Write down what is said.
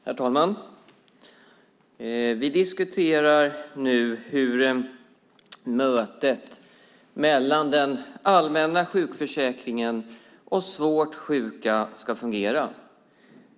Herr talman! Vi diskuterar nu hur mötet mellan den allmänna sjukförsäkringen och svårt sjuka ska fungera.